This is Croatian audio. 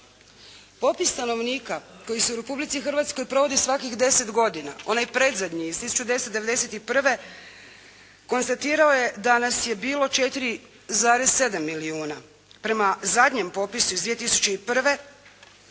Popis stanovnika koji se u Republici Hrvatskoj provodi svakih deset godina onaj predzadnji iz 1991. konstatirao je da nas je bilo 4,7 milijuna. Prema zadnjem popisu iz 2001.